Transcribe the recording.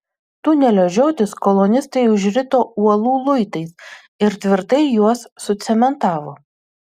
tunelio žiotis kolonistai užrito uolų luitais ir tvirtai juos sucementavo